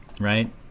right